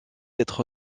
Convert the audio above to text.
d’être